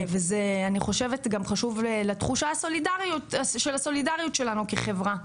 ואני חושבת שזה גם חשוב לתחושה של הסולידריות שלנו כחברה.